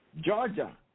Georgia